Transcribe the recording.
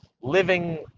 living